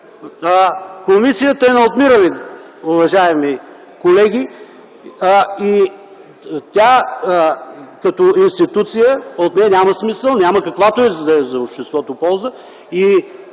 Комисията е на отмиране, уважаеми колеги, и като институция от нея няма смисъл, няма каквато и да е полза за обществото.